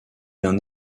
d’un